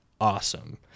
awesome